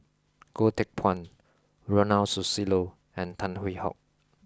Goh Teck Phuan Ronald Susilo and Tan Hwee Hock